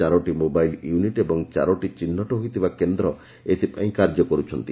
ଚାରୋଟି mobile unit ଏବଂ ଚାରୋଟି ଚିହ୍ଟ ହୋଇଥିବା କେନ୍ଦ ଏଥିପାଇଁ କାର୍ଯ୍ୟ କରୁଛନ୍ତି